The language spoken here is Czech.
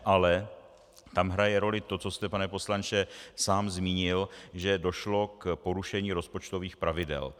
Ale tam hraje roli to, co jste, pane poslanče, sám zmínil, že došlo k porušení rozpočtových pravidel.